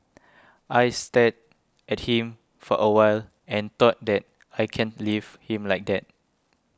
I stared at him for a while and thought that I can't leave him like that